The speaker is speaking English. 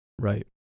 right